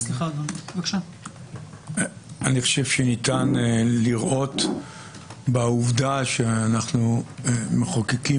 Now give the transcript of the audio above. אני חושב שניתן לראות בעובדה שאנחנו מחוקקים